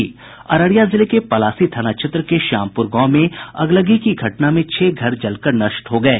अररिया जिले के पलासी थाना क्षेत्र के श्यामपुर गांव में अगलगी की घटना में छह घर जलकर नष्ट हो गये